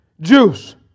juice